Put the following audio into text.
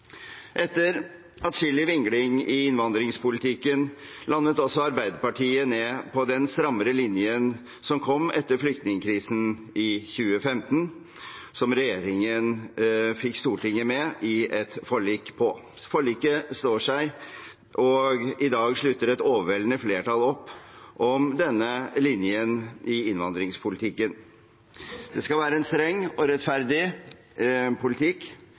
Etter atskillig vingling i innvandringspolitikken landet altså Arbeiderpartiet på den strammere linjen som kom etter flyktningkrisen i 2015, hvor regjeringen fikk Stortinget med på et forlik. Forliket står seg, og i dag slutter et overveldende flertall opp om denne linjen i innvandringspolitikken. Det skal være en streng og rettferdig politikk,